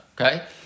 Okay